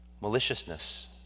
maliciousness